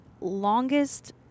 longest